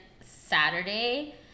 Saturday